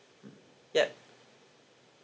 mm ya